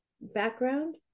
background